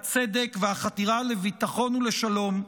הצדק והחתירה לביטחון ולשלום,